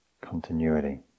continuity